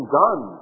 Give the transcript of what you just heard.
done